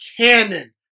cannon